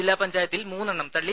ജില്ലാ പഞ്ചായത്തിൽ മൂന്നെണ്ണം തള്ളി